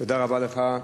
תודה רבה לך,